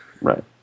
Right